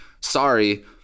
sorry